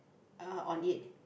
uh on it